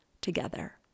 together